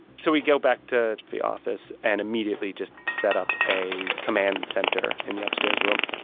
so we go back to the office and immediately just set up a command center in the upstairs room.